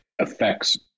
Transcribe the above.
affects